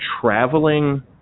traveling